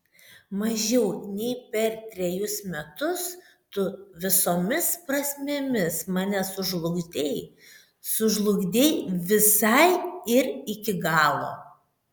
mažiau nei per trejus metus tu visomis prasmėmis mane sužlugdei sužlugdei visai ir iki galo